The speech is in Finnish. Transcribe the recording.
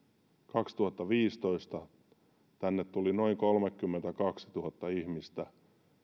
kaksituhattaviisitoista tänne tuli noin kolmekymmentäkaksituhatta ihmistä